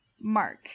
Mark